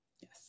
Yes